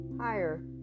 higher